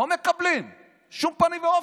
לא מקבלים בשום פנים ואופן.